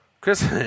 chris